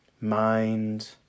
mind